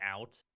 out